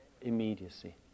immediacy